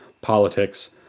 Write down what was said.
politics